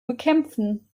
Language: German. bekämpfen